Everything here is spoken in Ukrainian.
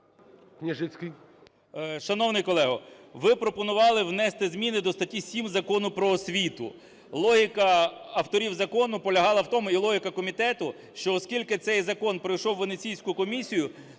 Шановний колего, ви пропонували внести зміни до статті 7 Закону "Про освіту". Логіка авторів закону полягала в тому, і логіка комітету, що оскільки цей закон пройшов Венеційську комісію,